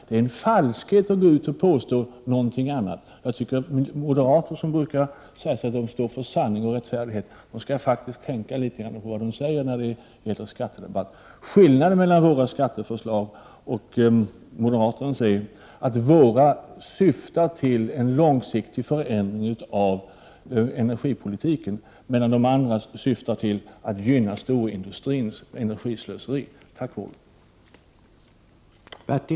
Det är falskt att påstå någonting sådant. Jag tycker att moderaterna, som brukar säga att de står för sanning och rättfärdighet, faktiskt borde tänka litet på vad de säger i skattedebatten. Skillnaden mellan våra skatteförslag och moderaternas är att våra syftar till en långsiktig förändring av energipolitiken, medan deras syftar till att gynna storindustrins energislöseri!